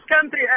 country